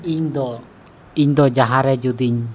ᱤᱧᱫᱚ ᱤᱧᱫᱚ ᱡᱟᱦᱟᱸᱨᱮ ᱡᱩᱫᱤᱧ